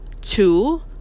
two